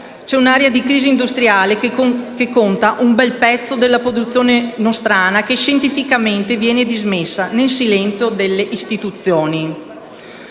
c'è un'area di crisi industriale che conta un bel pezzo della produzione nostrana che scientificamente viene dismessa nel silenzio delle istituzioni.